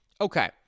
Okay